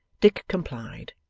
dick complied,